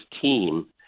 team